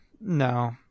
No